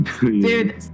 Dude